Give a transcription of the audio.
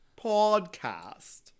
Podcast